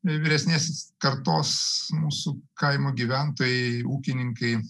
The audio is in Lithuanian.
vyresnės kartos mūsų kaimo gyventojai ūkininkai